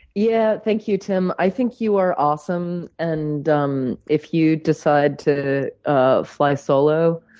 yeah, thank you, tim. i think you are awesome. and um if you decide to ah fly solo,